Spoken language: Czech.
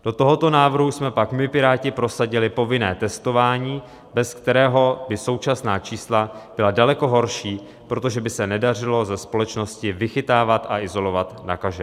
Do tohoto návrhu jsme pak my Piráti prosadili povinné testování, bez kterého by současná čísla byla daleko horší, protože by se nedařilo ze společnosti vychytávat a izolovat nakažené.